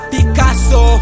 Picasso